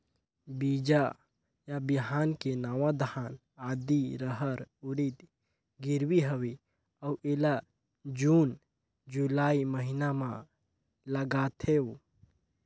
बीजा या बिहान के नवा धान, आदी, रहर, उरीद गिरवी हवे अउ एला जून जुलाई महीना म लगाथेव?